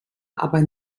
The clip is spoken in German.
aber